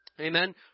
Amen